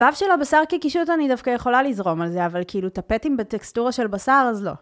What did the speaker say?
האף של הבשר כקישוט אני דווקא יכולה לזרום על זה, אבל כאילו, טפטים בטקסטורה של בשר, אז לא.